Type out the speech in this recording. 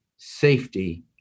safety